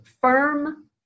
firm